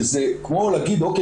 שזה כמו להגיד 'או.קיי.